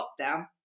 lockdown